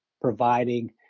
providing